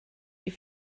die